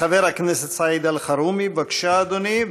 חבר הכנסת סעיד אלחרומי, בבקשה, אדוני.